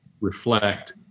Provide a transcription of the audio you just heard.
reflect